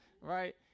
Right